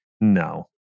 no